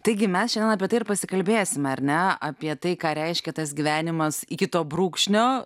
taigi mes šiandien apie tai ir pasikalbėsime ar ne apie tai ką reiškia tas gyvenimas iki to brūkšnio